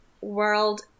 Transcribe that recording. World